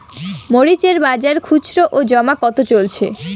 মরিচ এর বাজার খুচরো ও জমা কত চলছে?